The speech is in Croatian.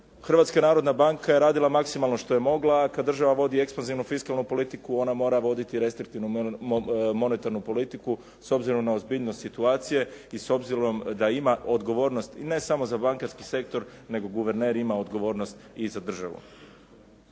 Hrvatska narodna banka je radila maksimalno što je mogla, a kad država vodi ekspanzivnu fiskalnu politiku ona mora voditi restriktivnu monetarnu politiku s obzirom na ozbiljnost situacije i s obzirom da ima odgovornost ne samo za bankarski sektor, nego guverner ima odgovornost i za državu.